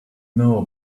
know